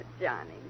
Johnny